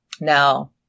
Now